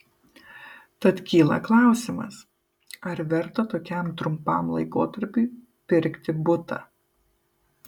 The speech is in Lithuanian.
tad kyla klausimas ar verta tokiam trumpam laikotarpiui pirkti butą